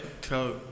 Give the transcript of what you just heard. tell